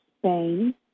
Spain